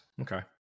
okay